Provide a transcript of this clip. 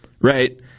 right